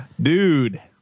dude